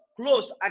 close